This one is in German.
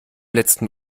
letzten